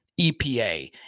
EPA